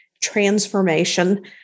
transformation